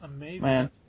man